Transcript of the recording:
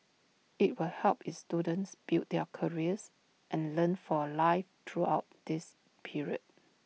IT will help its students build their careers and learn for life throughout this period